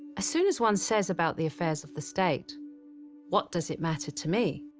as soon as one says about the affairs of the state what does it matter to me?